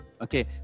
Okay